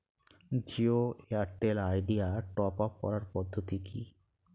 Jio Airtel Idea top up করার পদ্ধতি কি?